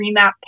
remap